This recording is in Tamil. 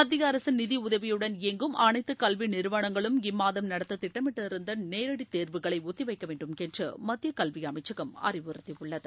மத்திய அரசின் நிதியுதவியுடன் இபங்கும் அனைத்து கல்வி நிறுவனங்களும் இம்மாதம் நடத்த திட்டமிட்டிருந்த நேரடி தேர்வுகளை ஒத்தி வைக்க வேண்டும் என்று மத்திய கல்வி அமைச்சகம் அறிவுறுத்தியுள்ளது